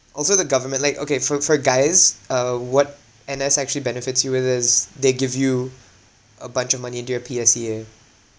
also the government like okay for for guys uh what N_S actually benefits you with is they give you a bunch of money into your P_S_E_A